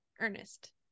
Ernest